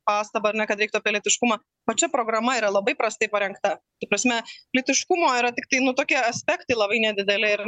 pastabą ane kad reiktų apie lytiškumą va čia programa yra labai prastai parengta prasme lytiškumo yra tiktai nu tokie aspektai labai nedideli ir